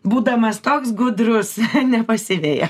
būdamas toks gudrus nepasiveja